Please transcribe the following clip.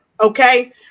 okay